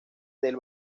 del